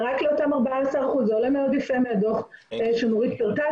רק לאותם 14%. זה עולה מאוד יפה מהדוח שנורית פירטה.